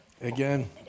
Again